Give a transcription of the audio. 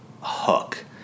hook